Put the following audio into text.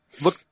look